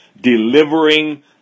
delivering